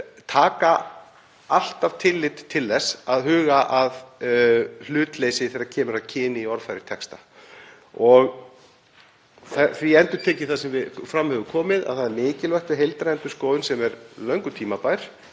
taka alltaf tillit til þess að huga að hlutleysi þegar kemur að kyni í orðfæri texta. Ég endurtek því það sem fram hefur komið að það er mikilvægt við heildarendurskoðun laganna, sem er löngu tímabær,